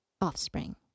offspring